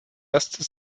erste